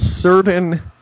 certain